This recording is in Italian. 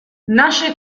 nasce